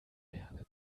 werden